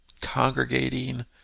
congregating